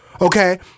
Okay